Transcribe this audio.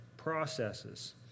processes